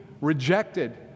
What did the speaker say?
rejected